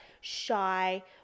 shy